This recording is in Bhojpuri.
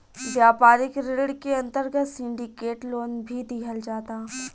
व्यापारिक ऋण के अंतर्गत सिंडिकेट लोन भी दीहल जाता